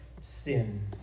sin